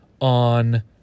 on